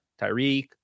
Tyreek